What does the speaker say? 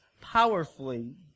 powerfully